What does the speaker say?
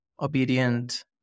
obedient